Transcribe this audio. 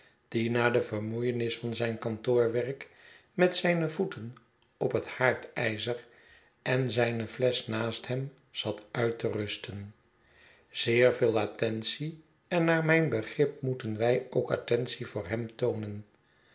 die na de vermoeienis van zijn kantoorwerk met zijne voeten op het haardijzer en zijne flesch naast hem zat uit te rusten zeer veel attentie en naar mijn begrip moeten wij ook attentie voor hem toonen